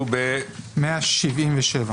אנחנו ב-177.